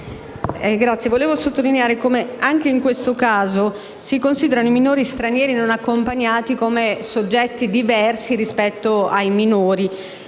Presidente, vorrei sottolineare come anche in questo caso si considerino i minori stranieri non accompagnati come soggetti diversi rispetto ai minori.